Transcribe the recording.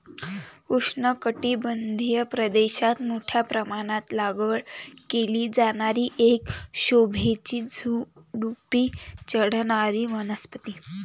उष्णकटिबंधीय प्रदेशात मोठ्या प्रमाणात लागवड केली जाणारी एक शोभेची झुडुपी चढणारी वनस्पती